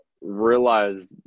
realized